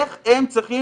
איך הם צריכים,